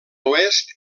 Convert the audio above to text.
oest